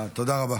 תודה רבה.